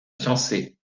fiancé